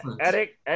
Eric